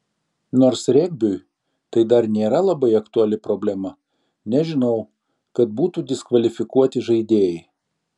nors regbiui tai dar nėra labai aktuali problema nežinau kad būtų diskvalifikuoti žaidėjai